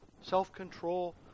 self-control